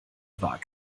war